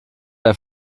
der